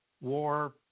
war